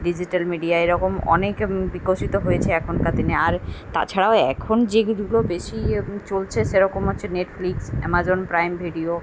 digital media এরকম অনেক বিকশিত হয়েছে এখনকার দিনে আর তাছাড়াও এখন যেগুলো বেশি ইয়ে চলছে সেরকম হচ্ছে নেটফ্লিক্স অ্যামাজন প্রাইম ভিডিও